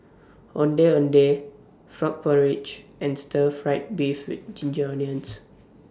Ondeh Ondeh Frog Porridge and Stir Fried Beef with Ginger Onions